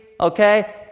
okay